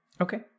Okay